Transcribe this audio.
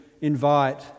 invite